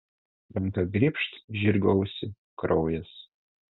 ranka grybšt žirgo ausį kraujas